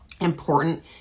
important